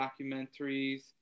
documentaries